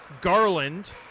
Garland